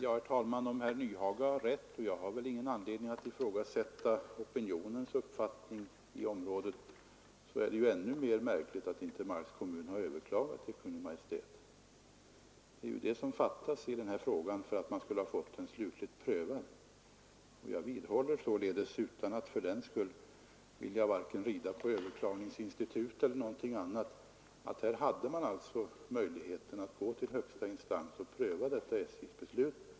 Herr talman! Om herr Nyhage har rätt — och jag har ingen anledning att ifrågasätta hans uppgifter om opinionen i området — är det ännu märkligare att inte Marks kommun har överklagat beslutet hos Kungl. Maj:t. Det är detta som fattas för att man skulle ha fått frågan slutligt prövad. Jag vidhåller således, utan att vilja rida på överklagningsinstitut eller någonting annat, att här hade man möjlighet att gå till högsta instans och få SJ:s beslut prövat.